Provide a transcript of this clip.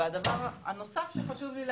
הדבר הנוסף, שחשוב לי להגיד,